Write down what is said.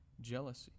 jealousy